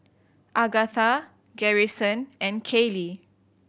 Agatha Garrison and Kaylie